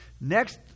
Next